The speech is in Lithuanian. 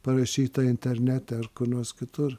parašyta internete ar kur nors kitur